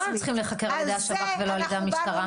למה הם צריכים להיחקר על ידי השב"כ ולא על ידי המשטרה?